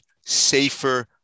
safer